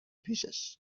پیشش